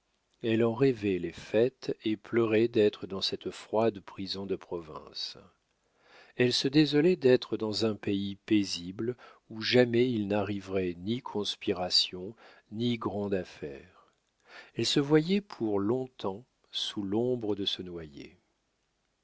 elle en rêvait les fêtes et pleurait d'être dans cette froide prison de province elle se désolait d'être dans un pays paisible où jamais il n'arriverait ni conspiration ni grande affaire elle se voyait pour long-temps sous l'ombre de ce noyer